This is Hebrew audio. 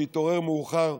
שהתעורר מאוחר.